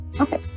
okay